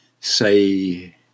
say